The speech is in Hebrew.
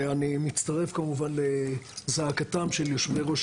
ואני מצטרף כמובן לזעקתם של יושבי ראש